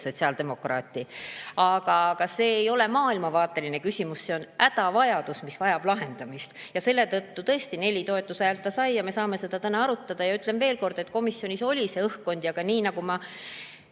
sotsiaaldemokraati. Aga see ei ole maailmavaateline küsimus, see on hädavajadus, mis vajab lahendamist ja selle tõttu tõesti neli toetushäält see sai ja me saame seda täna arutada. Ütlen veel kord, et komisjonis oli selline õhkkond. Nii nagu ma